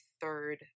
third